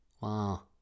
Wow